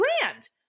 grand